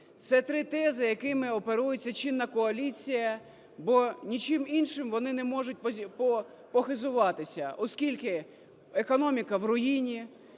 це три тези, якими оперується чинна коаліція, бо нічим іншим вони не можуть похизуватися. Оскільки економіка в руїні,